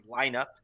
lineup